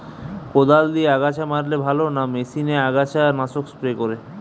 কদাল দিয়ে আগাছা মারলে ভালো না মেশিনে আগাছা নাশক স্প্রে করে?